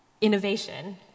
innovation